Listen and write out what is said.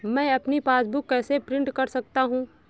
मैं अपनी पासबुक कैसे प्रिंट कर सकता हूँ?